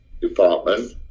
department